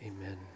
amen